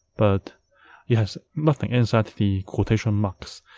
but it has nothing inside the quotation marks.